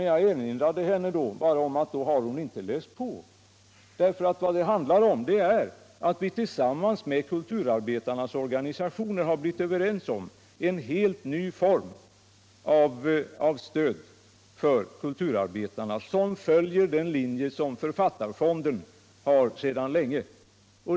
Jag erinrade henne då om att ifall hon har det intrycket har hon inte läst på, för vad det handlar om är att vi tillsammans med kulturarbetarnas organisationer blivit överens om en helt ny form av stöd för kulturarbetarna som följer den linje som Författarfonden gått på sedan länge.